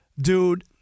dude